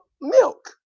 Milk